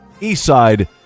Eastside